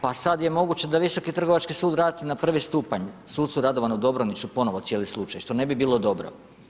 Pa sad je moguće da Visoki trgovački sud vrati na prvi stupanj sucu Radovanu Dobroniću ponovo cijeli slučaj što ne bi bilo dobro.